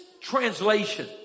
translation